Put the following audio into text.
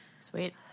Sweet